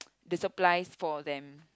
the supplies for them